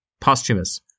Posthumous